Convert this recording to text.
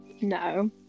no